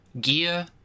Gear